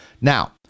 Now